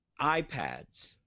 iPads